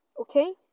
okay